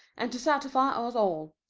and to satisfy us all.